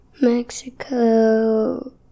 Mexico